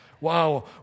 Wow